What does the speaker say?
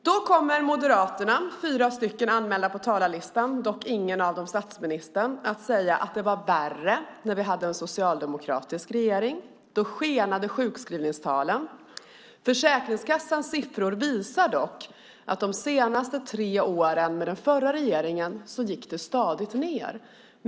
Då kommer moderaterna - fyra är anmälda på talarlistan, dock inte statsministern - att säga att det var värre när vi hade en socialdemokratisk regering. Då skenade sjukskrivningstalen. Försäkringskassans siffror visar dock att de sista tre åren med den förra regeringen gick det stadigt ned.